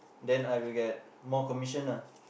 then I will get more commission lah